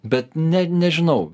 bet net nežinau